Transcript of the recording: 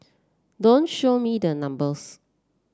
don't show me the numbers